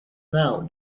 now